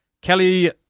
Kelly